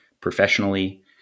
professionally